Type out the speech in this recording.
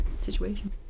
situation